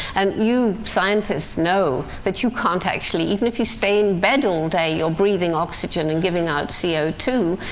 and you scientists know that you can't actually even if you stay in bed all day, you're breathing oxygen and giving out c o two,